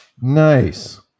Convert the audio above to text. Nice